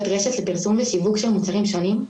רשת לפרסום ושיווק של מוצרים שונים,